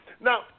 Now